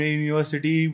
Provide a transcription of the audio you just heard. university